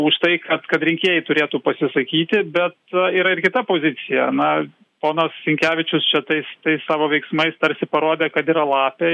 už tai kad kad rinkėjai turėtų pasisakyti bet yra ir kita pozicija na ponas sinkevičius čia tais tais savo veiksmais tarsi parodė kad yra lapė